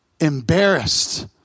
embarrassed